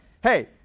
hey